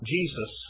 Jesus